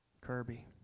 Kirby